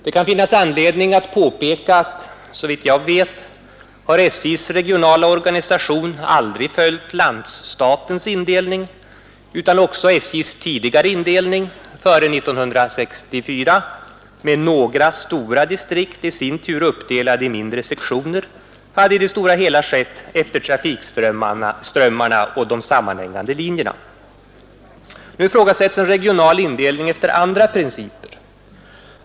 Det kan finnas anledning påpeka att SJ:s regionala organisation, såvitt jag vet, aldrig har följt landsstatens indelning utan att också SJ:s tidigare indelning, före 1964, med några stora distrikt i sin tur uppdelade i mindre sektioner, i det stora hela hade skett efter trafikströmmarna och de sammanhängande linjerna. Nu ifrågasätts en regional indelning efter andra principer.